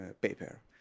paper